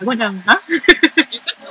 aku macam !huh!